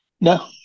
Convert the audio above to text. No